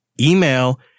email